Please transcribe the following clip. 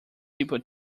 people